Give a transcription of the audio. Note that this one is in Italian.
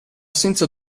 senza